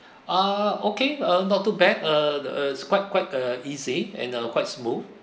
ah okay uh not too bad uh uh it's quite quite uh easy and uh quite smooth